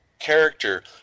Character